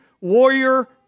warrior